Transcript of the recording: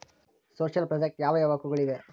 Social project ಯಾವ ಯಾವ ಹಕ್ಕುಗಳು ಇವೆ?